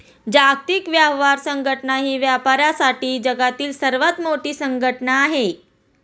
जागतिक व्यापार संघटना ही व्यापारासाठी जगातील सर्वात मोठी संघटना आहे